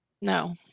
no